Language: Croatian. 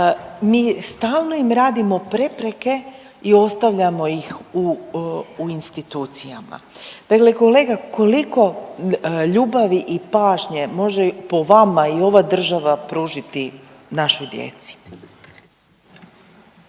mi stalno im radimo prepreke i ostavljamo ih u institucijama. Dakle, kolega koliko ljubavi i pažnje može po vama i ova država pružiti našoj djeci?